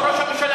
כמו ראש הממשלה.